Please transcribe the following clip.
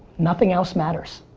nothing else matters.